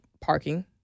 parking